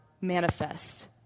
manifest